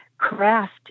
craft